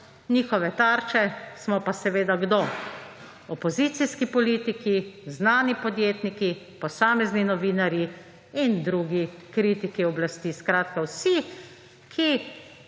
Njihove tarče smo pa seveda kdo? Opozicijski politiki, znani podjetniki, posamezni novinarji in drugi kritiki oblasti. Skratka vsi, ki